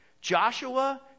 Joshua